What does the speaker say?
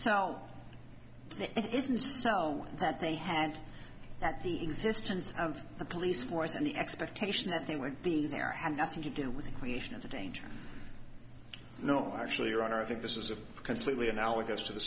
so it is so that they had that the existence of the police force and the expectation that they would be there have nothing to do with the creation of the danger no actually i think this is a completely analogous to the